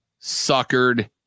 suckered